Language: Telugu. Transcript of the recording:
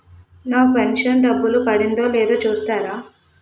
నా పెను షన్ డబ్బులు పడిందో లేదో చూస్తారా?